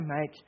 make